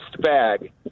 bag